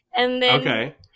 Okay